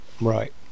right